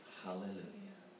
hallelujah